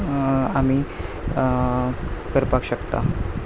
आमी करपाक शकता